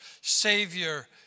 Savior